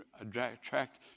attract